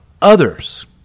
others